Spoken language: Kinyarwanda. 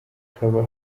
hakaba